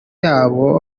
yabo